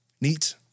Neat